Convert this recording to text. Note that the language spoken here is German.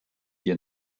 dir